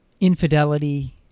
infidelity